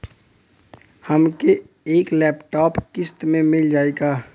हमके एक लैपटॉप किस्त मे मिल जाई का?